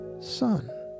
son